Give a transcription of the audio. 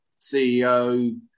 CEO